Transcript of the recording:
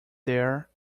there